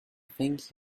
thank